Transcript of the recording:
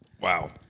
Wow